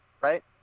right